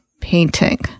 painting